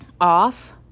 off